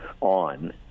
on